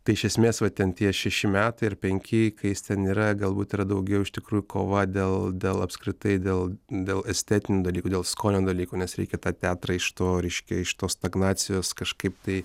tai iš esmės va ten tie šeši metai ar penki kai jis ten yra galbūt yra daugiau iš tikrųjų kova dėl dėl apskritai dėl dėl estetinių dalykų dėl skonio dalykų nes reikia tą teatrą iš to reiškia iš tos stagnacijos kažkaip tai